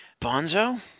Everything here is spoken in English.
Bonzo